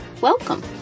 Welcome